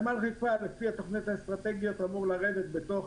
לפי התוכניות האסטרטגיות נמל חיפה אמור לרדת בתוך